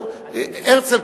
הרצל,